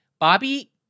Bobby